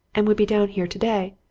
and would be down here today.